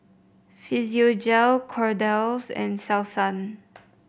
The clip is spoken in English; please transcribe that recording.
Physiogel Kordel's and Selsun